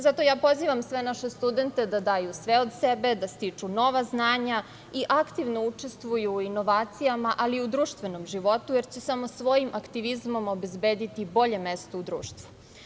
Zato ja pozivam sve naše studente da daju sve od sebe, da stiču nova znanja i aktivno učestvuju u inovacijama, ali i u društvenom životu, jer će samo svojim aktivizmom obezbediti bolje mesto u društvu.